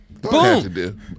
Boom